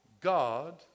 God